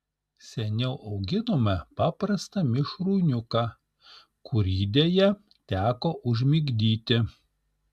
seniau auginome paprastą mišrūniuką kurį deja teko užmigdyti